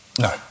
No